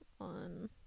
on